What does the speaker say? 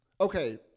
okay